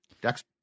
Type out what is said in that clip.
Dex